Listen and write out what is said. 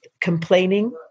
complaining